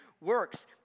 works